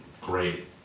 great